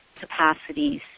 capacities